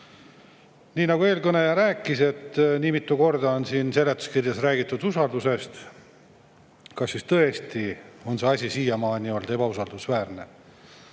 Nii nagu eelkõneleja rääkis, mitu korda on seletuskirjas räägitud usaldusest. Kas siis tõesti on see asi siiamaani olnud ebausaldusväärne?